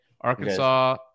Arkansas